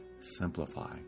simplify